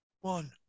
One